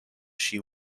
she